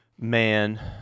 man